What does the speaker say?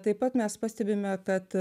taip pat mes pastebime kad